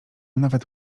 nawet